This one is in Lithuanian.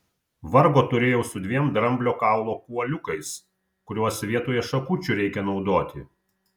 vargo turėjau su dviem dramblio kaulo kuoliukais kuriuos vietoj šakučių reikia naudoti